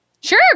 Sure